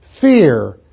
fear